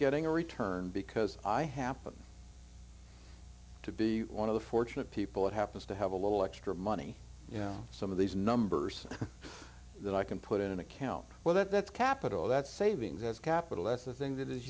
getting a return because i happen to be one of the fortunate people that happens to have a little extra money some of these numbers that i can put in an account well that's capital that's savings as capital that's the thing that is